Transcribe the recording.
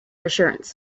assurance